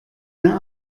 mir